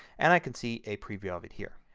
and i can see a preview of it here.